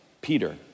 Peter